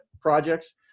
projects